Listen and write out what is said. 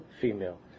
female